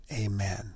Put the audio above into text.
Amen